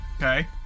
Okay